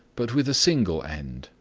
but with a single end,